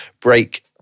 break